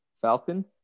Falcon